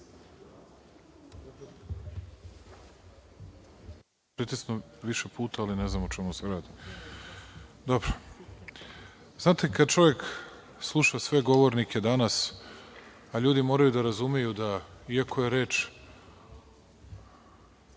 Znate, kad čovek sluša sve govornike danas, a ljudi moraju da razumeju da iako je reč